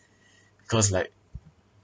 because like